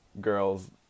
girls